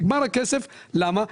הכסף נגמר, למה?